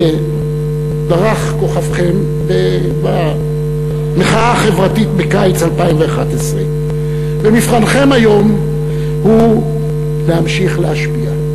דרך כוכבכם במחאה החברתית בקיץ 2011. ומבחנכם היום הוא להמשיך להשפיע,